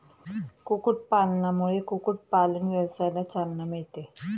कुक्कुटपालनामुळे कुक्कुटपालन व्यवसायाला चालना मिळते